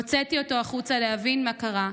הוצאתי אותו החוצה להבין מה קרה.